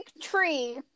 tree